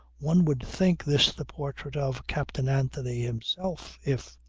one would think this the portrait of captain anthony himself if.